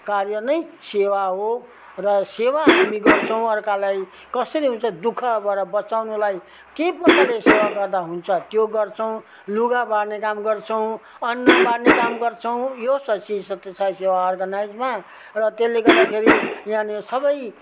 कार्य नै सेवा हो र सेवा हामी गर्छौँ अर्कालाई कसरी हुन्छ दु खबाट बचाउनलाई के प्रकारले सेवा गर्दा हुन्छ त्यो गर्छौँ लुगा बाड्ने काम गर्छौँ अन्न बाड्ने काम गर्छौँ यो सत् श्री सत्य साई सेवा अर्गनाइजमा र त्यसले गर्दाखेरि यहाँनेर सबै